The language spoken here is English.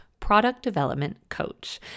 productdevelopmentcoach